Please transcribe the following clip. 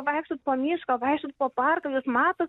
vaikštot po mišką vaikštot po parką jūs matot